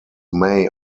may